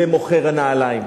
למוכר הנעליים,